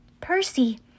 Percy